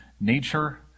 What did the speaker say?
nature